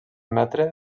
metre